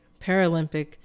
Paralympic